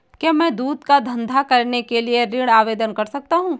क्या मैं दूध का धंधा करने के लिए ऋण आवेदन कर सकता हूँ?